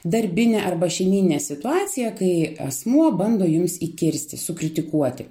darbinę arba šeimyninę situaciją kai asmuo bando jums įkirsti sukritikuoti